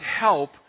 help